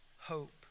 hope